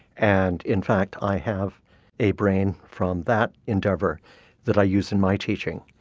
and in fact i have a brain from that endeavour that i use in my teaching.